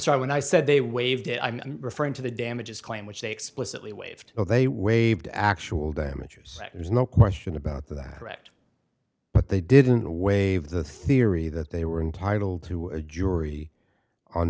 sorry when i said they waived it i'm referring to the damages claim which they explicitly waived or they waived actual damages there's no question about that direct but they didn't waive the theory that they were entitled to a jury on